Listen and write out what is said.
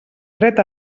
dret